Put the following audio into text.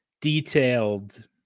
detailed